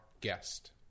guest